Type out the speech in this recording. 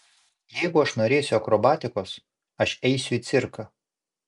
jeigu aš norėsiu akrobatikos aš eisiu į cirką